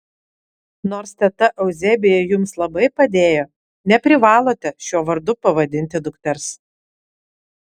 nors teta euzebija jums labai padėjo neprivalote šiuo vardu pavadinti dukters